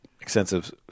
extensive